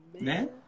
man